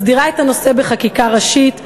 מסדירה את הנושא בחקיקה ראשית,